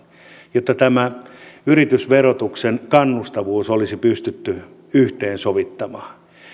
jotta tämä yritysverotuksen kannustavuus olisi pystytty yhteensovittamaan